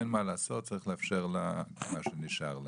אין מה לעשות, צריך לאפשר לה את מה שנשאר לה.